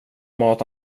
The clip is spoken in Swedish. mat